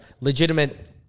legitimate